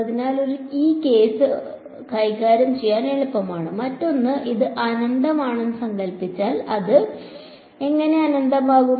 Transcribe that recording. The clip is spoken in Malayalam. അതിനാൽ ഒരു കേസ് കൈകാര്യം ചെയ്യാൻ എളുപ്പമാണ് മറ്റൊന്ന് അത് അനന്തമാണെന്ന് സങ്കൽപ്പിച്ചാൽ അത് എങ്ങനെ അനന്തമാകും